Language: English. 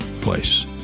place